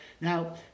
Now